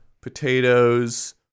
potatoes